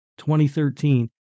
2013